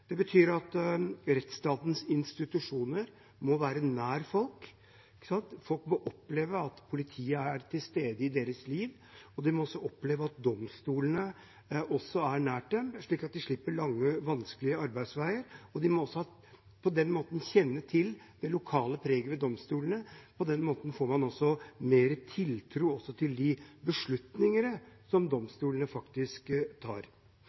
Det betyr at rettsstatens institusjoner må være nær folk. Folk må oppleve at politiet er til stede i deres liv, de må også oppleve at domstolene er nær dem, slik at de slipper en lang og vanskelig arbeidsvei, og de må kjenne til det lokale preget ved domstolene. På den måten får de også større tiltro til de beslutningene som domstolene faktisk tar.